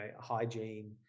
hygiene